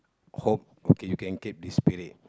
hope okay you can keep this spirit